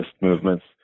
movements